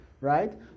right